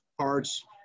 parts